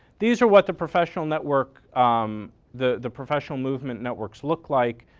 these are what the professional network um the the professional movement networks look like.